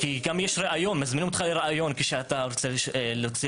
מזמינים אותך לראיון כשאתה רוצה להוציא